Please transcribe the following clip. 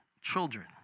children